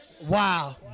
Wow